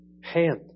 hand